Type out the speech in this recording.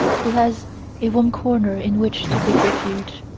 who has a warm corner in which to take refuge.